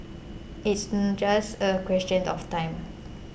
it's em just a question of time